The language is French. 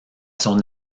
son